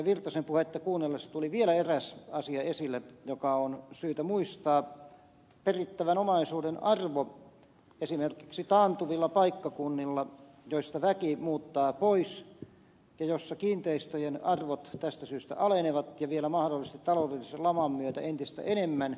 virtasen puhetta kuunnellessani tuli vielä esille eräs asia joka on syytä muistaa eli perittävän omaisuuden arvo esimerkiksi taantuvilla paikkakunnilla joista väki muuttaa pois ja joissa kiinteistöjen arvot tästä syystä alenevat ja vielä mahdollisesti taloudellisen laman myötä entistä enemmän